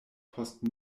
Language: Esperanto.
post